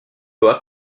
loi